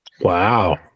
Wow